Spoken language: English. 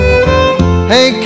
Hey